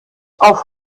auf